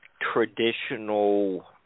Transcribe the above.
traditional